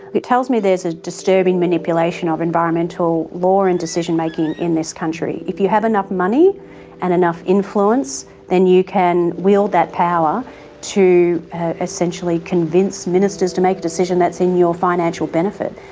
it tells me there's a disturbing manipulation of environmental law and decision making in this country. if you have enough money and enough influence then you can wield that power to essentially convince ministers to make a decision that's in your financial benefit.